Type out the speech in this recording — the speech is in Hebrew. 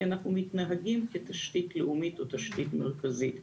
אנחנו מתנהגים כתשתית לאומית או תשתית מרכזית.